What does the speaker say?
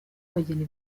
abageni